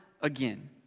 again